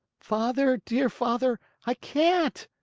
father, dear father, i can't,